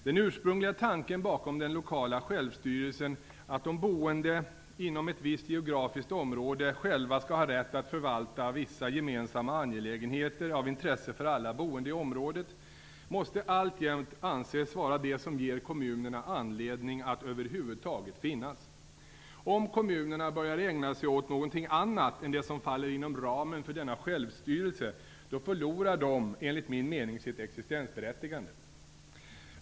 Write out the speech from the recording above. Den ursprungliga tanken bakom den lokala självstyrelsen, att de boende inom ett visst geografiskt område själva skall ha rätt att förvalta vissa gemensamma angelägenheter av intresse för alla boende i området, måste alltjämt anses vara det som ger kommunerna anledning att över huvud taget finnas. Om kommunerna börjar ägna sig åt något annat än det som faller inom ramen för denna självstyrelse förlorar de, enligt min mening, sitt existensberättigande.